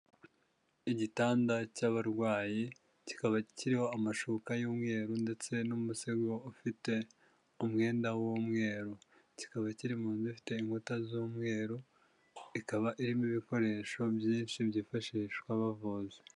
Igitanda cy'abarwayi kikaba kiriho amashuka y'umweru ndetse n'umusego ufite umwenda w'umweru, kikaba kiri mu nzu ifite inkuta z'umweru, ikaba irimo ibikoresho byinshi byifashishwa bavuza.